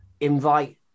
invite